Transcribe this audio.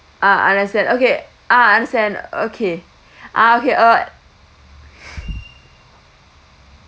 ah understand okay ah understand okay ah okay uh